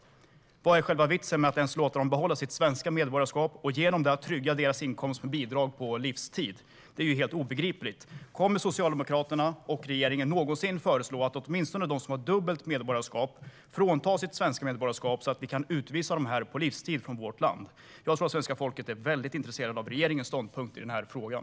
Vad är själva vitsen med att ens låta dem behålla sitt svenska medborgarskap och genom det trygga deras inkomst med bidrag på livstid? Det är helt obegripligt. Kommer Socialdemokraterna och regeringen någonsin att föreslå att åtminstone de som har dubbelt medborgarskap fråntas sitt svenska medborgarskap, så att vi kan utvisa dem på livstid från vårt land? Jag tror att svenska folket är väldigt intresserat av regeringens ståndpunkt i frågan.